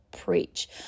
Preach